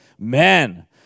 Amen